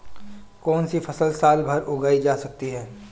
कौनसी फसल साल भर उगाई जा सकती है?